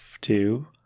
two